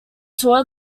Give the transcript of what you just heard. tour